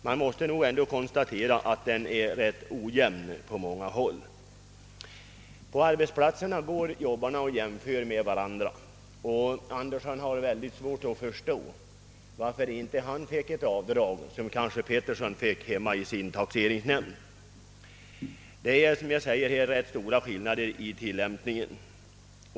Man måste nog konstatera att reglerna tillämpas ganska olika i olika kommuner, På arbetsplatserna går Jobbarna och jämför med varandra, och Andersson har mycket svårt att förstå varför inte han beviljats ett avdrag som Pettersson fått av sin taxeringsnämnd. Det föreligger rätt stora skillnader i tilllämpningen.